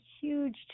huge